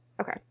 Okay